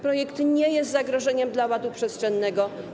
Projekt nie jest zagrożeniem dla ładu przestrzennego.